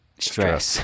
stress